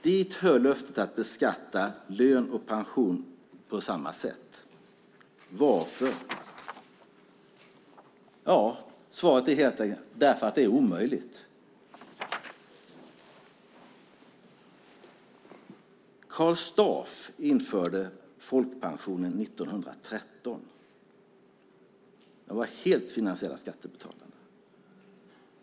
Dit hör löftet att beskatta lön och pension på samma sätt. Varför? Svaret är helt enkelt att det är omöjligt. Karl Staaff införde folkpensionen 1913. Den var helt finansierad av skattebetalarna.